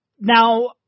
Now